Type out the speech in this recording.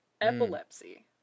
epilepsy